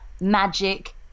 Magic